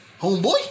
Homeboy